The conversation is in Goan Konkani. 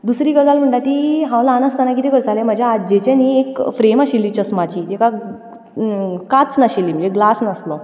दुसरी गजाल म्हणटा ती हांव ल्हान आसतना कितें करतालें म्हज्या आजयेचें न्ही एक फ्रेम आशिल्ली चस्माची ताका खांच नाशिल्ली म्हणजे ग्लास नासलो